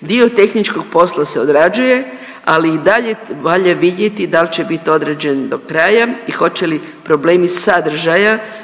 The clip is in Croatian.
dio tehničkog posla se odrađuje, ali i dalje valja vidjeti dal će bit određen do kraja i hoće li problemi sadržaja